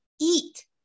eat